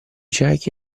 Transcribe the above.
ciechi